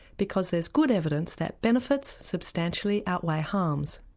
because there's good evidence that benefits substantially outweigh harms.